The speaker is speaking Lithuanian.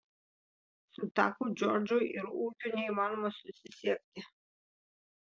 su taku džordžu ir ūkiu neįmanoma susisiekti